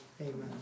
Amen